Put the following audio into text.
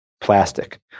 Plastic